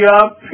up